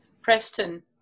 Preston